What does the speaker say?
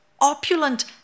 opulent